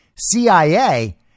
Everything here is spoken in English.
CIA